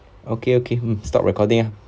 okay okay mm stop recording ah